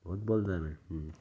بہت بول دے رہیں ہوں